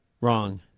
Wrong